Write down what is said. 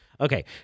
Okay